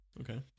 Okay